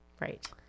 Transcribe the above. Right